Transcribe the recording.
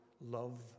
love